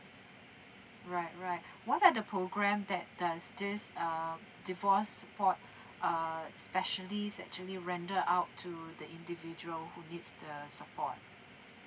right right what are the program that does this uh divorce support uh specialist actually render out to the individual who needs the support